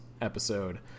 episode